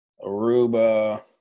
aruba